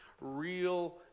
real